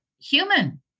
Human